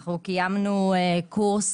קיימנו קורס